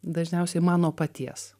dažniausiai mano paties